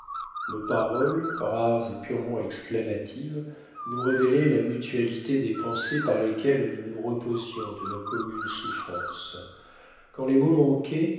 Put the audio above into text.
nos paroles rares et purement exclamatives nous révélaient la mutualité des pensées par lesquelles nous nous reposions de nos communes souffrances quand les mots